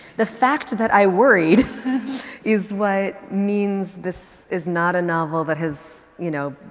the fact that i worried is what means this is not a novel that has, you know,